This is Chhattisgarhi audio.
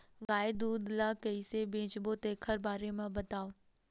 गाय दूध ल कइसे बेचबो तेखर बारे में बताओ?